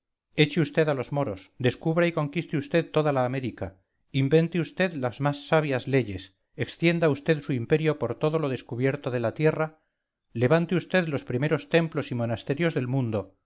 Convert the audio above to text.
eche vd a los moros descubra y conquiste vd toda la américa invente usted las más sabias leyes extienda vd su imperio por todo lo descubierto de la tierra levante vd los primeros templos y monasterios del mundo